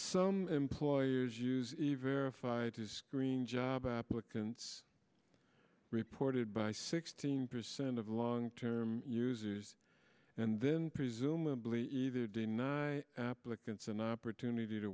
some employers use a verifiable screen job applicants reported by sixteen percent of long term users and then presumably either deny applicants an opportunity to